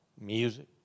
music